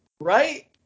right